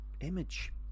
image